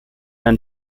and